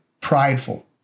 prideful